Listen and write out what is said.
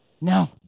No